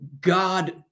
God